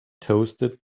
toasted